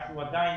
עדיין